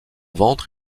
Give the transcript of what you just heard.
ventre